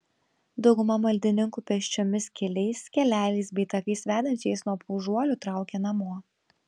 dauguma maldininkų pėsčiomis keliais keleliais bei takais vedančiais nuo paužuolių traukia namo